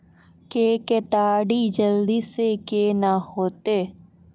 के केताड़ी जल्दी से के ना होते?